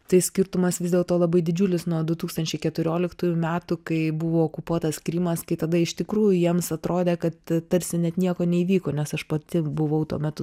tai skirtumas vis dėlto labai didžiulis nuo du tūkstančiai keturioliktųjų metų kai buvo okupuotas krymas kai tada iš tikrųjų jiems atrodė kad tarsi net nieko neįvyko nes aš pati buvau tuo metu